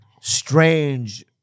strange